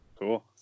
Cool